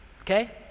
okay